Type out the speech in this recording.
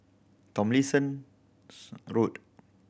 Tomlinson's Road